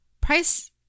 price